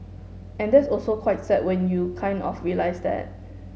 and that's also quite sad when you kind of realise that